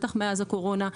בטח מאז הקורונה,